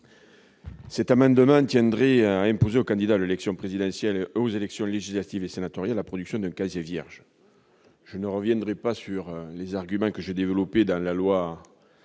Cet amendement vise à imposer aux candidats à l'élection présidentielle ou aux élections législatives et sénatoriales la production d'un casier judiciaire vierge. Je ne reviendrai pas sur les arguments que j'ai développés lors de la